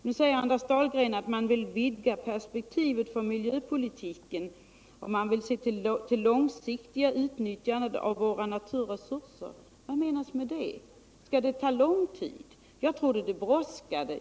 Nu säger Anders Dahlgren att man vill vidga perspektivet för miljöpolitiken och att man vill se till det långsiktiga utnyttjandet av våra naturresurser. Vad menas med det? Skall det ta lång tid? Jag trodde det brådskade.